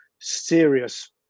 serious